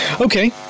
okay